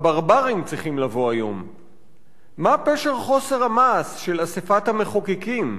הברברים צריכים לבוא היום.// מה פשר חוסר המעש של אספת המחוקקים?